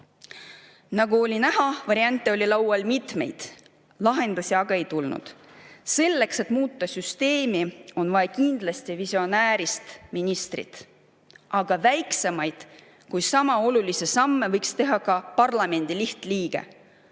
Nagu näha, variante oli mitmeid, lahendusi aga ei tulnud. Selleks, et muuta süsteemi, on vaja kindlasti visionäärist ministrit, aga väiksemaid, kuid sama olulisi samme võiks teha ka parlamendi lihtliige.